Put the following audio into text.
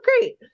great